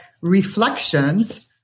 Reflections